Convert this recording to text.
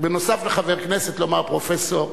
בנוסף לחבר כנסת לומר "פרופסור".